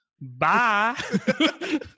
Bye